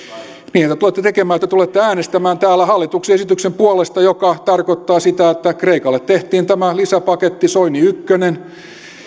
niinhän te tulette tekemään te te tulette äänestämään täällä hallituksen esityksen puolesta mikä tarkoittaa sitä että kreikalle tehtiin tämä lisäpaketti soini ykkönen